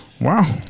wow